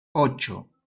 ocho